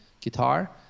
guitar